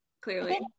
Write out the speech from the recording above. clearly